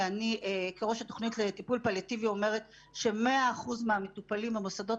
שאני כראש התוכנית לטיפול פליאטיבי אומרת ש-100% מהמטופלים מהמוסדות